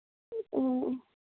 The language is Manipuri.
ꯑꯣ ꯑꯣ